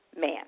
man